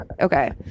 Okay